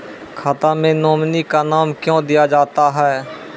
खाता मे नोमिनी का नाम क्यो दिया जाता हैं?